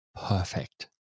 perfect